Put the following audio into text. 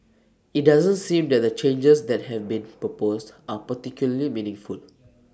IT doesn't seem that the changes that have been proposed are particularly meaningful